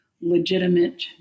legitimate